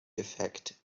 effect